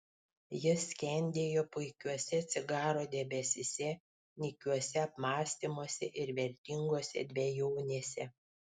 jis skendėjo puikiuose cigaro debesyse nykiuose apmąstymuose ir vertingose dvejonėse